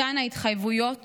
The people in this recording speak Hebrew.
אותן ההתחייבויות